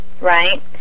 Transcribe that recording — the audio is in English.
right